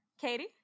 katie